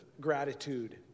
gratitude